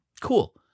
Cool